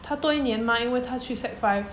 他多一年 mah 因为他去 sec five